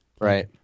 right